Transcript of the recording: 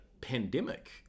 pandemic